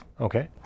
Okay